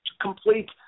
complete